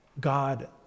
God